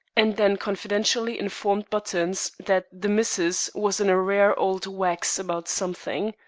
and then confidentially informed buttons that the missus was in a rare old wax about something.